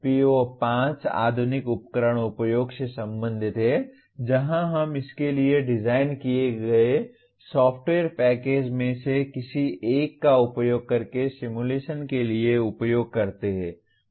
PO5 आधुनिक उपकरण उपयोग से संबंधित है जहां हम इसके लिए डिज़ाइन किए गए सॉफ़्टवेयर पैकेज में से किसी एक का उपयोग करके सिमुलेशन के लिए उपयोग करते हैं